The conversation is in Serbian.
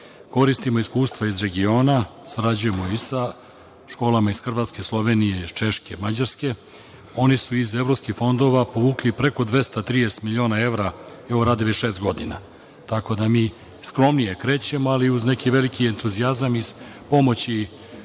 Koristimo iskustva iz regiona, sarađujemo i sa školama iz Hrvatske, Slovenije, iz Češke, Mađarske. One su iz evropskih fondova povukle preko 230 miliona evra, evo, rade već šest godina. Tako da mi skromnije krećemo, ali uz neki veliki entuzijazam, uz pomoć